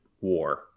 war